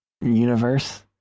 universe